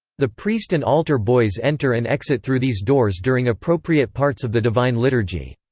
the priest and altar boys enter and exit through these doors during appropriate parts of the divine liturgy.